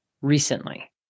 recently